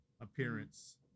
appearance